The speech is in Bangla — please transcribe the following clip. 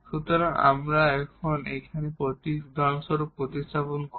সুতরাং আমরা এখান থেকে উদাহরণস্বরূপ প্রতিস্থাপন করি